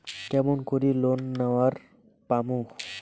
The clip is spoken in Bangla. কেমন করি লোন নেওয়ার পামু?